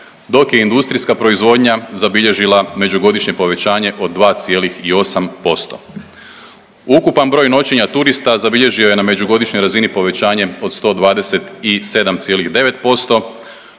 dok je industrijska proizvodnja zabilježila međugodišnje povećanje od 2,8%. Ukupan broj noćenja turista zabilježio je na međugodišnjoj razini povećanje od 127,9%.